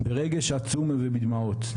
ברגש עצום ובדמעות,